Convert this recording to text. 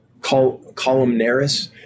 columnaris